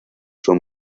son